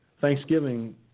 Thanksgiving